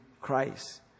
Christ